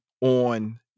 on